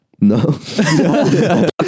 no